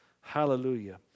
Hallelujah